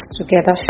together